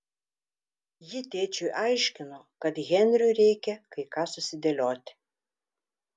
ji tėčiui aiškino kad henriui reikia kai ką susidėlioti